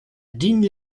digne